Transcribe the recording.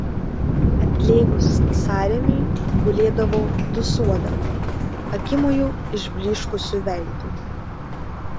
atlėgus sąrėmiui gulėdavo dūsuodama akimoju išblyškusiu veidu